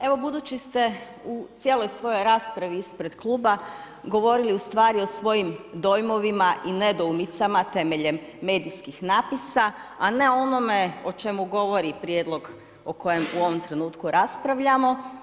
Evo budući ste u cijeloj svojoj raspravi ispred kluba govorili o svojim dojmovima i nedoumicama temeljem medijskih napisa, a ne onome o čemu govori prijedlog o kojem u ovom trenutku raspravljamo.